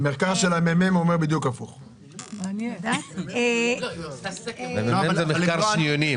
החרדים שאת אומרת כל הזמן, זה לא נכון.